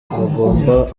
bagomba